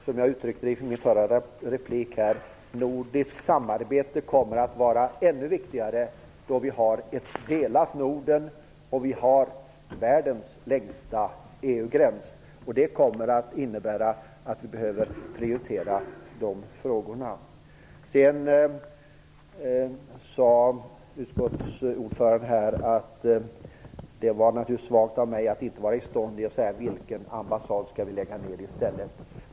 Som jag uttryckte det i min replik kommer nordiskt samarbete att vara ännu viktigare då vi har ett delat Norden och världens längsta EU-gräns. Vi måste prioritera de frågorna. Utskottets ordförande sade här att det är svagt att jag inte är i stånd att säga vilken ambassad som skall läggas ner i stället.